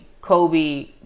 Kobe